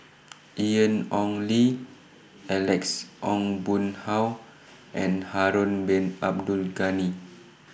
Ian Ong Li Alex Ong Boon Hau and Harun Bin Abdul Ghani